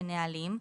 בנהלים,